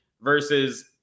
versus